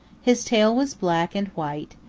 his tail was black and white,